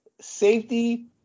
safety